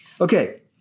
Okay